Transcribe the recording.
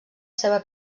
seva